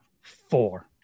four